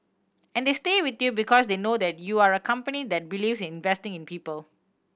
and they stay with you because they know that you are a company that believes in investing in people